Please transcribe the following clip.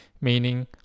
meaning